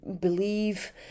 believe